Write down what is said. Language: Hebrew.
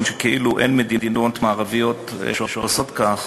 שכאילו אין מדינות מערביות שעושות כך,